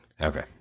Okay